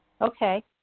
Okay